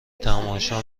تماشا